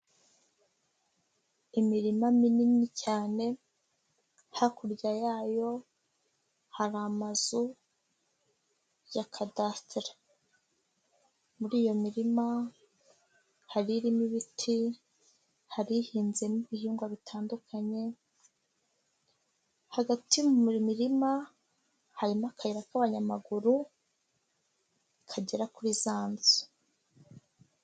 Imirima minini cyane, hakurya yayo hari mazu ya kadasiteri. Muri iyo mirima hari irimo ibiti, hari ihinzemo ibihingwa bitandukanye, hagati mu mirima harimo akayira k'abanyamaguru kagera kuri za nzu.